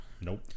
Nope